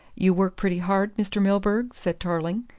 you work pretty hard, mr. milburgh? said tarling.